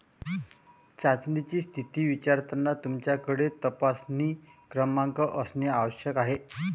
चाचणीची स्थिती विचारताना तुमच्याकडे तपासणी क्रमांक असणे आवश्यक आहे